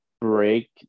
break